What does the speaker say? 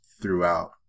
throughout